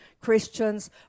Christians